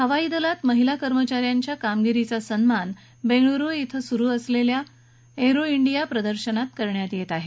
हवाई दलात महिला कर्मचा यांच्या कामगिरीचा सन्मान बेंगळुरु क्रें सुरु असलेल्या एअरो डिया प्रदर्शनात करण्यात येत आहे